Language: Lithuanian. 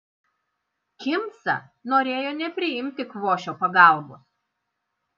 kimsa norėjo nepriimti kvošio pagalbos